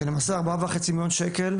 שלמעשה ארבעה וחצי מיליון שקל,